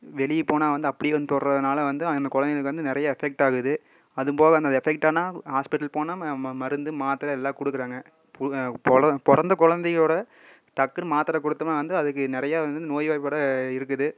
வெளியே போனால் வந்து அப்படியே வந்து தொடுறதுனால வந்து அந்த குழந்தைகளுக்கு வந்து நிறைய அஃபெக்ட் ஆகுது அதுபோக அந்த அஃபெக்ட்டானால் ஹாஸ்பிட்டல் போனால் மருந்து மாத்திர எல்லாம் கொடுக்குறாங்க பொறந்த பிறந்த குழந்தையோட டக்குன்னு மாத்திர கொடுத்தம்னா வந்து அதுக்கு நிறைய வந்து நோய்வாய் பட இருக்குது